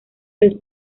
los